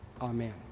Amen